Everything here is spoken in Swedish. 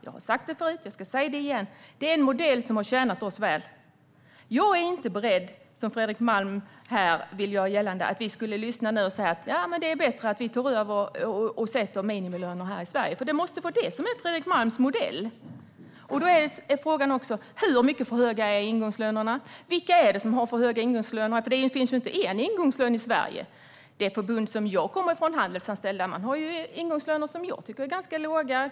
Jag har sagt det förut, och jag säger det igen: Detta är en modell som har tjänat oss väl. Jag är inte beredd att, som Fredrik Malm, säga att det vore bättre om vi tog över och satte minimilöner i Sverige. Det måste nämligen vara det som är Fredrik Malms modell. Hur mycket för höga är ingångslönerna, och vilka är det som har för höga ingångslöner? Det finns ju inte bara en ingångslön i Sverige. Det förbund som jag kommer ifrån, Handelsanställda, har ingångslöner som jag tycker är ganska låga.